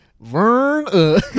Vern